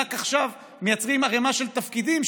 ורק עכשיו מייצרים ערמה של תפקידים,